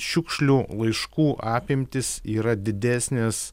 šiukšlių laiškų apimtys yra didesnės